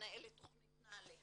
שמנהל את תכנית נעל"ה.